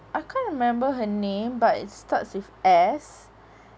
I can't remember her name but it starts with S